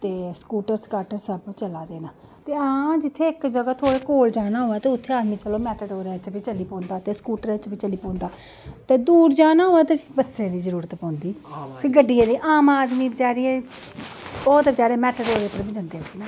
ते स्कूटर स्काटर सब चलै दे न ते हां जित्थै इक जगह् थोह्ड़ो कोल जाना होऐ ते उत्थै आदमी चलो मैटाडोरै च बी चली पौंदा ते स्कूटरै च बी चली पौंदा ते दूर जाना होऐ ते बस्से दी जरूरत पौंदी फ्ही गड्डियै दी आम आदमी बचैरे ओह् ते बचैरे मैटाडोरे च बी जंदे उठी